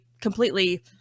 completely